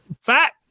fat